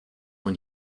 when